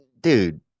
Dude